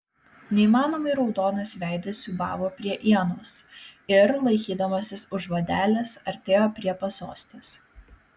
neįmanomai raudonas veidas siūbavo prie ienos ir laikydamasis už vadelės artėjo prie pasostės